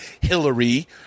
Hillary